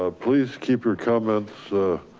ah please keep your comments